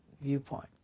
viewpoint